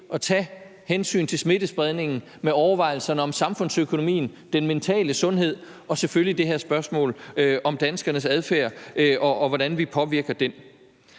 at tage hensyn til smittespredningen med overvejelserne om samfundsøkonomien, den mentale sundhed og selvfølgelig det her spørgsmål om danskernes adfærd, og hvordan vi påvirker den.